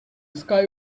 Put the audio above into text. sky